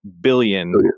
billion